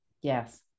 Yes